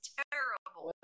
terrible